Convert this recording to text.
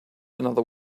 another